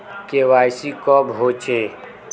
KYC कब होचे?